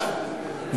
בלשון המעטה,